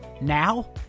Now